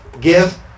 give